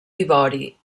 ivori